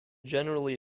generally